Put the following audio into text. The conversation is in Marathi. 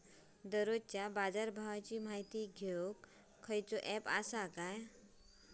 दररोजच्या बाजारभावाची माहिती घेऊक कसलो अँप आसा काय?